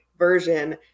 version